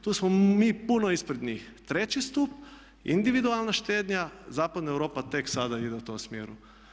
Tu smo mi puno ispred njih, treći stup individualna štednja, Zapadna Europa tek sada ide u tom smjeru.